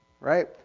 right